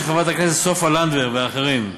של חברת הכנסת סופה לנדבר ואחרים,